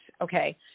okay